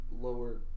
lower